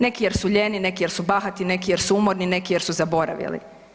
Neki jer su lijeni, neki jer su bahati, neki jer su umorni, neki jer su zaboravili.